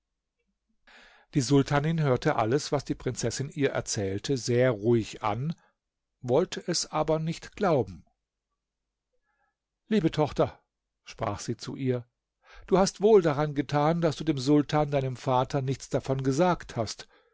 die sultanin hörte alles was die prinzessin ihr erzählte sehr ruhig an wollte es aber nicht glauben liebe tochter sprach sie zu ihr du hast wohl daran getan das du dem sultan deinem vater nichts davon gesagt hast